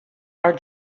are